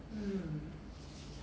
hmm